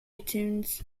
itunes